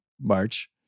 March